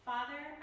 Father